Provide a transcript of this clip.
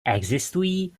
existují